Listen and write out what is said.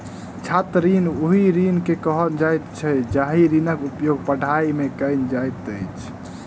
छात्र ऋण ओहि ऋण के कहल जाइत छै जाहि ऋणक उपयोग पढ़ाइ मे कयल जाइत अछि